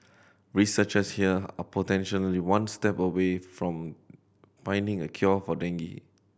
researchers here are potentially one step away from finding a cure for dengue